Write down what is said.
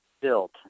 built